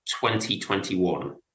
2021